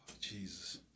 Jesus